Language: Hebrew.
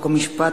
חוק ומשפט,